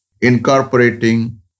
incorporating